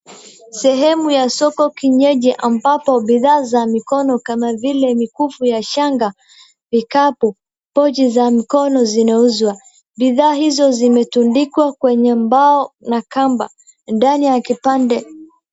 Sehemu ya soko kienyeji ambapo bidhaa za mikono kama vile mikufu ya shanga, vikapu, pochi za mikono zinauzwa. Bidhaa hizo zimetundikwa kwenye mbao na kamba ndani ya kipande.